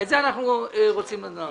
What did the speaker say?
את זה אנחנו רוצים לדעת.